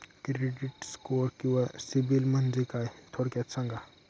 Credit score किंवा CIBIL म्हणजे काय? थोडक्यात सांगा